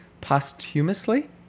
posthumously